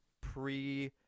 pre